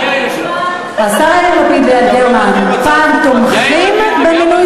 השר יאיר לפיד ויעל גרמן פעם תומכים במינוי